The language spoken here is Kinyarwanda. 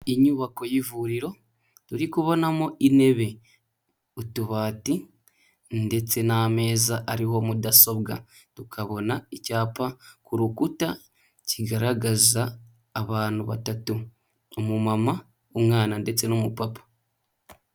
Inyubako y'ivuriro, turi kubonamo intebe, utubati ndetse n'ameza ariho mudasobwa, tukabona icyapa ku rukuta kigaragaza abantu batatu, umumama, umwana ndetse n'umupapa.